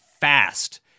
fast